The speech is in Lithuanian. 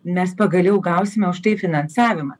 mes pagaliau gausime už tai finansavimą